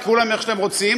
תקראו להם איך שאתם רוצים,